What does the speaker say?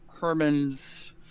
herman's